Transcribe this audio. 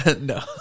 No